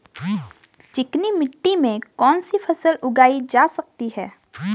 चिकनी मिट्टी में कौन सी फसल उगाई जा सकती है?